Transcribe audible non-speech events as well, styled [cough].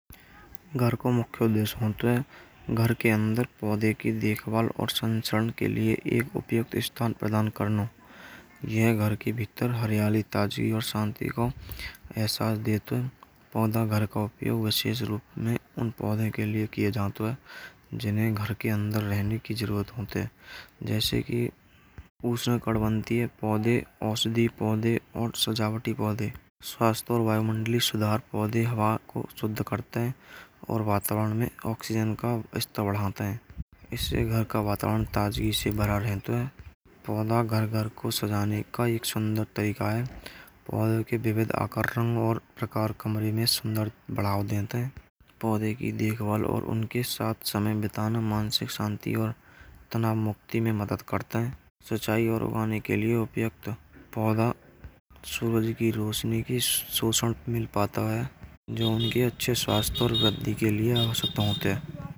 घर का मुख्य उद्देश्य होतोय है घर के अन्दर पौधे की देख भाल और संसारण के लिए एक उपयुक्त स्थान प्रदान करनो। यह घर के भीतर हरेयानी ताज़गी और शांति का एहसास देवतो है। पौधा घर को आवे विशेष रूप में उन पौधों के लिए किये जात है। जिन्होंने घर के अन्दर रहने की जरुरत होते है। जैसे की उष्कटबंधीय पौधे, औषधी पौधे और सजावटी पौधे। स्वास्थ्य और वायुमंडलीय सुधार पौधे हवा को शुद्ध करते है और वातावरण में ऑक्सीजन का स्तर बढ़ाते है। इससे घर का वातावरण ताज़गी से भरा रहते है। पौधा घर घर को सजाने का एक सुंदर तरीका है। पौधे के विविध आकर्षण और प्रकार कमरे में सुंदर बड़ाव देते है। पौधे की देख भाल और उनके साथ समय बिताना मानसिक शांति और तनाव मुक्ति में मदद करता है। सिंचाई और उगाने के लिए उपयुक्त पौधा सूरज की रोशनी की सोसद मिल पाता है। जो [noise] उनके अच्छे स्वास्थ्य और वृद्धि के आवश्यकता होते है।